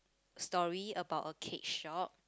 story about a cake shop